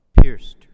pierced